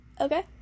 Okay